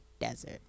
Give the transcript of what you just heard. desert